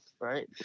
right